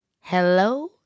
Hello